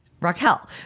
Raquel